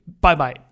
Bye-bye